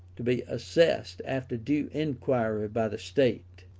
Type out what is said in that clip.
to be assessed after due inquiry by the state.